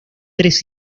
tres